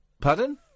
Pardon